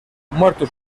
muertos